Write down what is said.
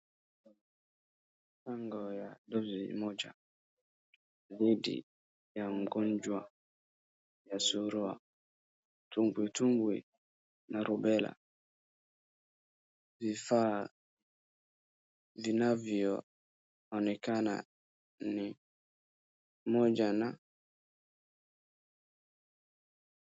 Chanjo ya dosi moja dhidi ya magonjwa ya surua, tumbitumbwi na Rubella, vifaa vinavyoonekana ni moja na.